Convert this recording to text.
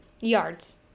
Yards